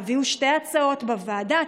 תביאו שתי הצעות בוועדה,